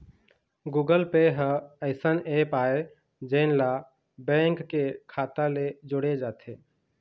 Google pay ह अइसन app आय जेन ला बेंक के खाता ले जोड़े जाथे